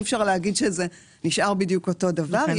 אי אפשר להגיד שזה נשאר בדיוק אותו הדבר.